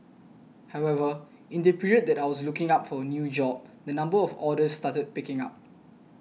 however in the period that I was looking for a new job the number of orders started picking up